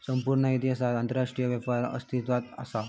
संपूर्ण इतिहासात आंतरराष्ट्रीय व्यापार अस्तित्वात असा